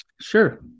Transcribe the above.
Sure